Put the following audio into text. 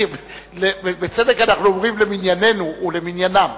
בצדק אנחנו אומרים למנייננו ולמניינם.